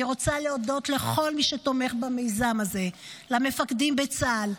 אני רוצה להודות לכל מי שתומך במיזם הזה: למפקדים בצה"ל,